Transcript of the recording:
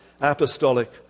apostolic